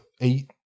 eight